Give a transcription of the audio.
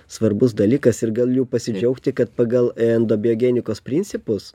svarbus dalykas ir galiu pasidžiaugti kad pagal endobiogenikos principus